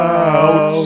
out